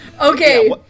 Okay